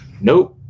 Nope